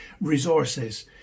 resources